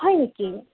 হয় নেকি